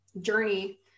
journey